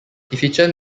efficient